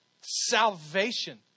salvation